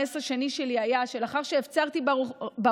הנס השני שלי היה שלאחר שהפצרתי ברופא,